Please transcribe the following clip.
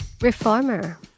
Reformer